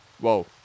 whoa